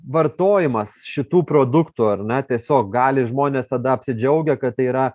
vartojimas šitų produktų ar ne tiesiog gali žmonės tada apsidžiaugia kad tai yra